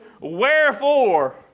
Wherefore